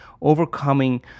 overcoming